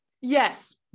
yes